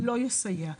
לא יסייע.